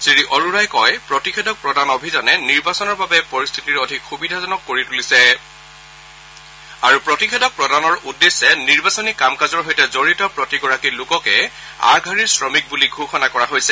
শ্ৰীআৰোৰাই কয় প্ৰতিষেধক প্ৰদান অভিযানে নিৰ্বাচনৰ বাবে পৰিস্থিতি অধিক সুবিধাজনক কৰি তুলিছে আৰু প্ৰতিষেধক প্ৰদানৰ উদ্দেশ্যে নিৰ্বাচনী কাম কাজৰ সৈতে জডিত প্ৰতিগৰাকী লোককে আগশাৰীৰ শ্ৰমিক বুলি ঘোষণা কৰা হৈছে